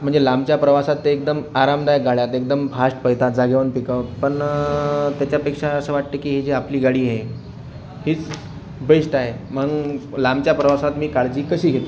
म्हणजे लांबच्या प्रवासात ते एकदम आरामदायिक गाड्या एकदम फास्ट पळतात जागेवरून पिकअप पण त्याच्यापेक्षा असं वाटतं की ही जी आपली गाडी हे हीच बेस्ट आहे म्हणून लांबच्या प्रवासात मी काळजी कशी घेतो